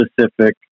specific